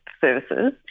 services